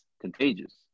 contagious